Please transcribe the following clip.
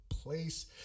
place